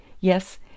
yes